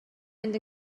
mynd